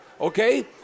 Okay